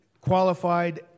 qualified